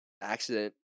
accident